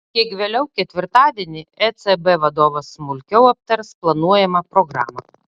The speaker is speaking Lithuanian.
kiek vėliau ketvirtadienį ecb vadovas smulkiau aptars planuojamą programą